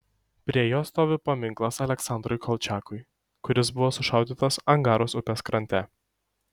prie jo stovi paminklas aleksandrui kolčiakui kuris buvo sušaudytas angaros upės krante